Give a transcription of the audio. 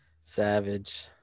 savage